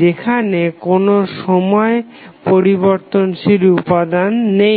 যেখানে কোনো সময় পরিবর্তনশীল উপাদান নেই